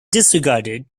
disregarded